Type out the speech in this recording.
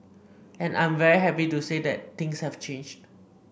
and I'm very happy to say that things have changed